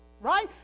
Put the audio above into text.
right